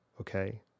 okay